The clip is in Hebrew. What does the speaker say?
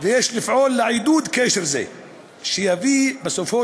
ויש לפעול לעידוד קשר זה שיביא בסופו